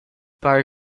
pare